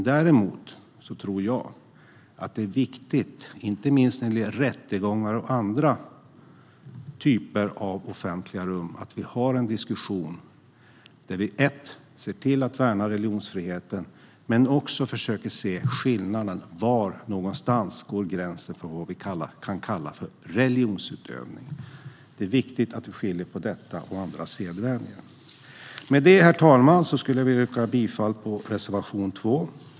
Däremot tror jag att det är viktigt, inte minst när det gäller rättegångssalar och andra typer av offentliga rum, att vi har en diskussion om att värna religionsfriheten men också att vi försöker se var gränsen går för vad vi kan kalla för religionsutövning. Det är viktigt att vi skiljer på detta och andra sedvänjor. Med detta, herr talman, vill jag yrka bifall till reservation 2.